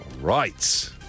Right